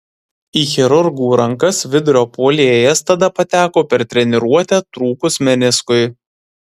į chirurgų rankas vidurio puolėjas tada pateko per treniruotę trūkus meniskui